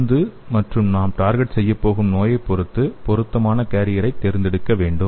மருந்து மற்றும் நாம் டார்கெட் செய்யப் போகும் நோயைப் பொறுத்து பொருத்தமான கேரியரைத் தேர்ந்தெடுக்க வேண்டும்